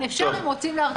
אפשר, אם רוצים להטיל קנס.